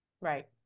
Right